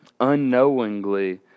unknowingly